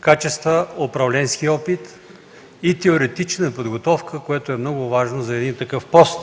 качества, управленски опит и теоретична подготовка, което е много важно за един такъв пост,